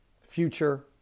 future